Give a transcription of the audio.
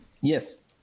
Yes